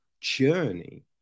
journey